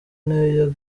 nayo